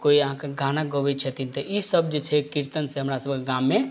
कोइ आहाँके गाना गबै छथिन तऽ ई सब जे छै कीर्तन से हमरा सबहक गाममे